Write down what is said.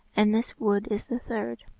and this wood is the third.